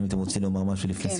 האם אתם רוצים לומר משהו לפני סיכום?